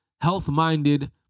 health-minded